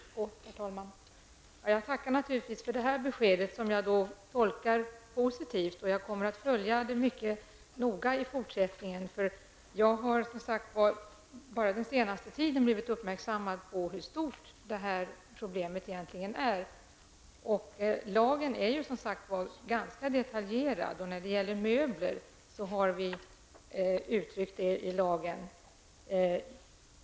Herr talman! Jag tackar naturligtvis för detta besked, som jag tolkar som positivt. Jag kommer att följa denna fråga mycket noga i fortsättningen. Jag har under den senaste tiden blivit uppmärksammad på hur stort detta problem egentligen är. Lagen är som sagt ganska detaljerad när det gäller möbler.